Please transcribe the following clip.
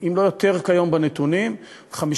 אם לא יותר לפי הנתונים כיום,